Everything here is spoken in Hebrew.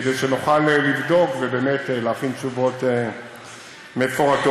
כדי שנוכל לבדוק ולהכין תשובות מפורטות.